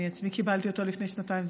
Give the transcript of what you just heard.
אני בעצמי קיבלתי אותו לפני שנתיים,